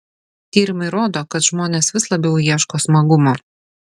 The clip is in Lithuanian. tyrimai rodo kad žmonės vis labiau ieško smagumo